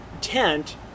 tent